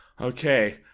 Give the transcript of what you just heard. okay